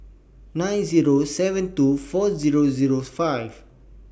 nine Zero seven two four Zero Zero five